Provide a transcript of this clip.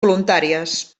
voluntàries